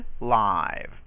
live